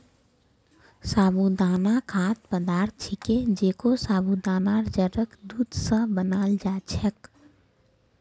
साबूदाना खाद्य पदार्थ छिके जेको साबूदानार जड़क दूध स बनाल जा छेक